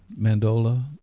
mandola